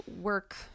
work